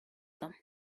them